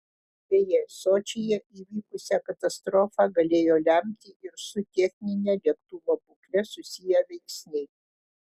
beje sočyje įvykusią katastrofą galėjo lemti ir su technine lėktuvo būkle susiję veiksniai